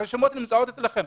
הרשימות נמצאות אצלכם.